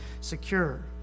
secure